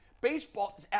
Baseball